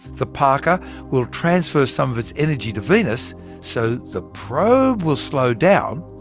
the parker will transfer some of its energy to venus so the probe will slow down,